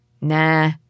Nah